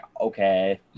okay